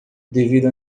devido